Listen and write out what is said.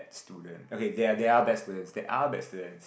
student okay there there are bad students there are bad students